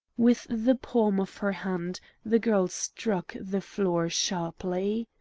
with the palm of her hand the girl struck the floor sharply.